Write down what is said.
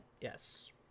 Yes